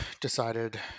decided